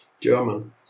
German